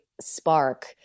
spark